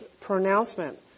pronouncement